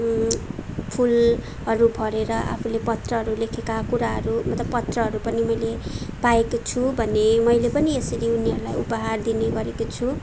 फुलहरू भरेर आफूले पत्रहरू लेखेका कुराहरू मतलब पत्रहरू पनि मैले पाएकी छु भने मैले पनि यसरी उनीहरूलाई उपहार दिने गरेकी छु